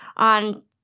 On